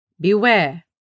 beware